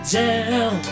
down